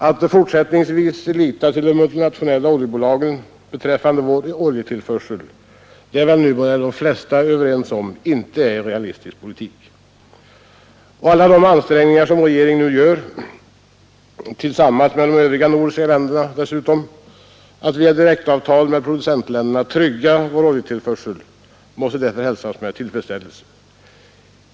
Att fortsättningsvis lita till de multinationella oljebolagen beträffande vår oljetillförsel är inte en realistisk politik — det är väl numera de flesta överens om. Alla de ansträngningar som regeringen nu gör att tillsammans med de övriga nordiska länderna via direktavtal med producentländerna trygga vår oljetillförsel måste därför hälsas med tillfredsställelse.